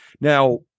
Now